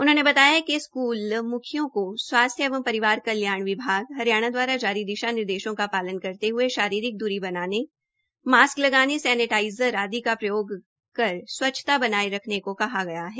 उन्होंने बताया कि स्कूल म्खियों को स्वास्थ्य एवं परिवार कल्याण विभाग हरियाणा द्वारा जारी दिशा निर्देशों का पालन करते हुए शारीरिक दूरी बनाने मास्क लगाने सैनेटाइजर आदि का प्रयोग कर स्वच्छता बनाए रखने को कहा गया हैं